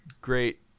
great